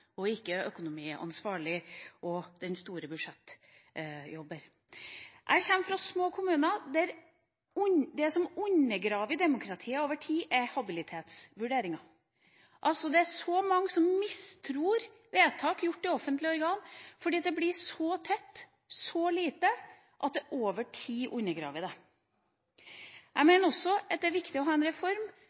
og ikke økonomiansvarlig og den store budsjettarbeider. Jeg kommer fra en liten kommune der det som undergraver demokratiet over tid, er habilitetsvurderinger. Det er mange som mistror vedtak gjort i offentlige organer fordi det blir så tett, så lite, at det over tid undergraver det. Jeg mener også at det er viktig å ha en reform